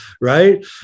Right